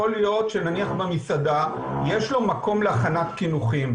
יכול להיות שיש לו מקום להכנת קינוחים.